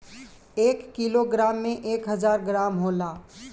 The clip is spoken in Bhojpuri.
एक किलोग्राम में एक हजार ग्राम होला